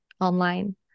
online